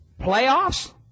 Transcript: Playoffs